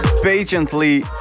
patiently